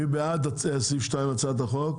מי בעד סעיף 2 להצעת החוק?